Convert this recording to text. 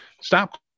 Stop